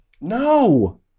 No